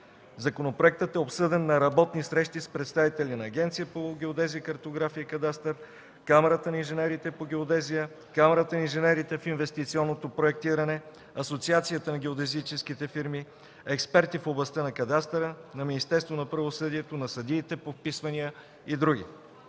Законопроектът е обсъден на работни срещи с представители на Агенцията по геодезия, картография и кадастър, Камарата на инженерите по геодезия, Камарата на инженерите в инвестиционното проектиране, Асоциацията на геодезическите фирми, експерти в областта на кадастъра, на Министерството на правосъдието, на съдиите по вписванията и други.